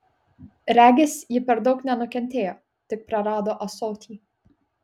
regis ji per daug nenukentėjo tik prarado ąsotį